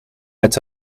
met